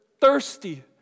thirsty